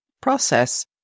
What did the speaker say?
process